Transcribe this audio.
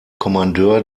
kommandeur